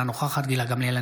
אינה נוכחת גילה גמליאל,